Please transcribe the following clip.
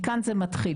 מכאן זה מתחיל.